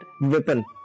weapon